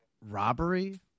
robbery